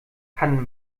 kann